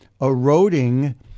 eroding